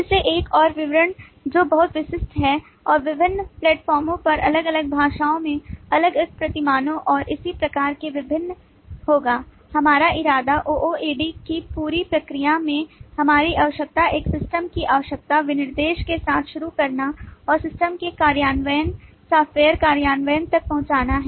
फिर से एक और विवरण जो बहुत विशिष्ट है और विभिन्न प्लेटफार्मों पर अलग अलग भाषाओं में अलग अलग प्रतिमानों और इसी तरह से भिन्न होगा हमारा इरादा OOAD की पूरी प्रक्रिया में हमारी आवश्यकता एक सिस्टम की आवश्यकता विनिर्देश के साथ शुरू करना और सिस्टम के कार्यान्वयन सॉफ्टवेयर कार्यान्वयन तक पहुंचना है